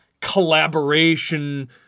collaboration